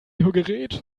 hörgerät